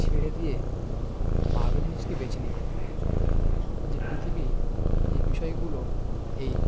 ছেড়ে দিয়ে ভালো জিনিসকে বেছে নিক সব যে পৃথিবীকে যে বিষয়গুলো এই